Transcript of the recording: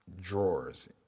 drawers